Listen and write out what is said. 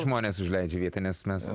žmonės užleidžia vietą nes mes